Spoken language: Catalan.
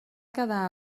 quedar